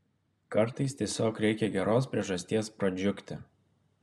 kartais tiesiog reikia geros priežasties pradžiugti